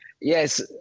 Yes